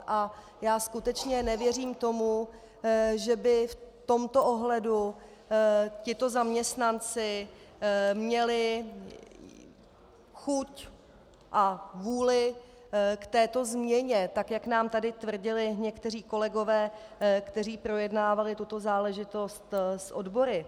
A já skutečně nevěřím tomu, že by v tomto ohledu tito zaměstnanci měli chuť a vůli k této změně, tak jak nám tady tvrdili někteří kolegové, kteří projednávali tuto záležitost s odbory.